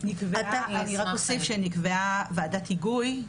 נסתכם בהשוואות שכר,